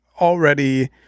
already